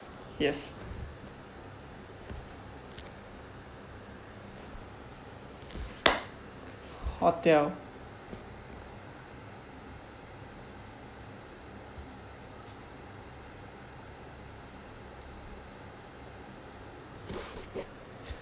yes hotel